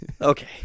Okay